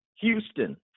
Houston